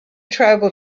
tribal